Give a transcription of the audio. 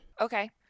okay